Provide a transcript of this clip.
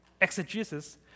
exegesis